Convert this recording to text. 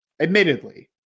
admittedly